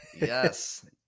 Yes